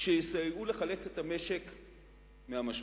שיסייעו לחלץ את המשק מהמשבר.